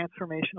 transformational